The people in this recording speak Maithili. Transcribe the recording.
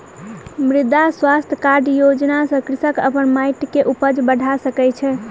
मृदा स्वास्थ्य कार्ड योजना सॅ कृषक अपन माइट के उपज बढ़ा सकै छै